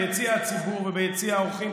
ביציע הציבור וביציע האורחים,